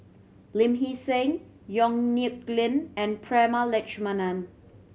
Lee Hee Seng Yong Nyuk Lin and Prema Letchumanan